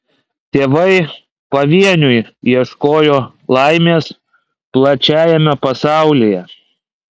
tėvai pavieniui ieškojo laimės plačiajame pasaulyje